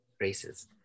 races